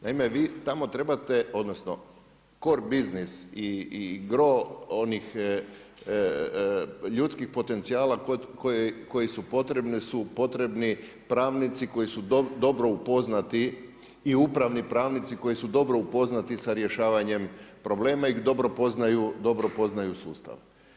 Naime, vi tamo trebate, odnosno, kor biznis i gro, onih ljudskih potencijala koje su potrebni, su potrebni pravnici, koji su dobro upoznati i upravni pravnici koji su dobro upoznati sa rješavanjem problema i dobro poznaju sustav.